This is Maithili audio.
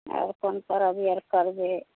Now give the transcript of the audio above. आओर कोन परब आर करबै